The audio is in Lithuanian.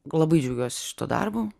labai džiaugiuosi šituo darbu